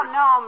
no